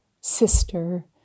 sister